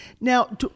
Now